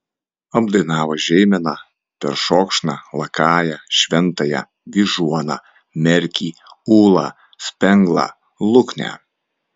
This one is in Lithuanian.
apdainavo žeimeną peršokšną lakają šventąją vyžuoną merkį ūlą spenglą luknę